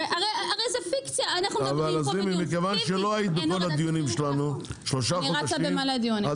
הרי זה פיקציה --- מכיוון שלא היית בכל הדיונים שלנו שלושה חודשים,